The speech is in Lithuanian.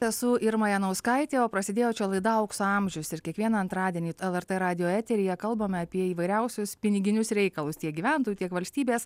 esu irma janauskaitė o prasidėjo čia laida aukso amžius ir kiekvieną antradienį lrt radijo eteryje kalbame apie įvairiausius piniginius reikalus tiek gyventojų tiek valstybės